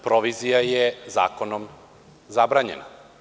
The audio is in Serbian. Provizija je zakonom zabranjena.